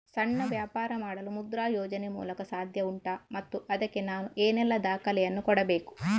ಸಣ್ಣ ವ್ಯಾಪಾರ ಮಾಡಲು ಮುದ್ರಾ ಯೋಜನೆ ಮೂಲಕ ಸಾಧ್ಯ ಉಂಟಾ ಮತ್ತು ಅದಕ್ಕೆ ನಾನು ಏನೆಲ್ಲ ದಾಖಲೆ ಯನ್ನು ಕೊಡಬೇಕು?